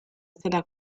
stella